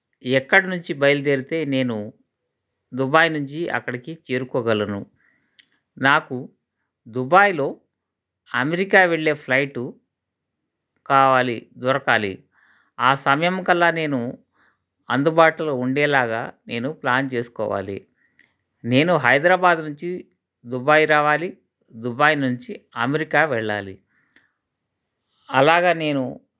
ఎక్కడ నుంచి బయలుదేరితే నేను దుబాయ్ నుంచి అక్కడికి చేరుకోగలను నాకు దుబాయ్లో అమెరికా వెళ్ళే ఫ్లైటు కావాలి దొరకాలి ఆ సమయంకల్లా నేను అందుబాటులో ఉండేలాగా నేను ప్లాన్ చేసుకోవాలి నేను హైదరాబాదు నుంచి దుబాయ్ రావాలి దుబాయ్ నుంచి అమెరికా వెళ్ళాలి అలాగా నేను